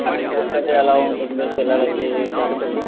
ఇది ఎలా ఉంటుంది పిల్లలకి దానికి